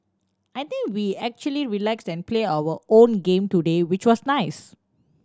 I think we actually relaxed and play our own game today which was nice